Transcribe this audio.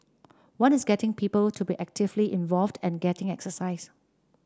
one is getting people to be actively involved and getting exercise